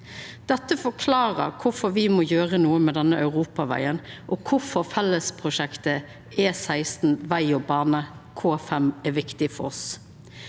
Det forklarer kvifor me må gjera noko med denne europavegen, og kvifor fellesprosjektet E16 veg og bane, K5, er viktig for oss.